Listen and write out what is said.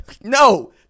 No